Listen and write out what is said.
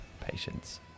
Patience